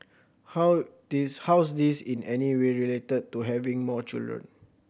how this how's this in any way related to having more children